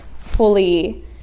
fully